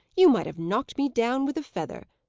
you might have knocked me down with a feather.